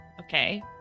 Okay